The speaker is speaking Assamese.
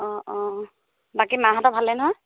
অঁ অঁ বাকী মাহঁতৰ ভালেই নহয়